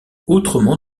autrement